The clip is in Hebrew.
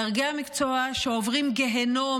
דרגי המקצוע עוברים גיהינום,